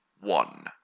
one